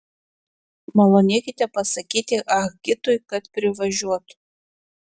malonėkite pasakyti ah gitui kad privažiuotų